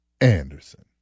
Anderson